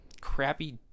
crappy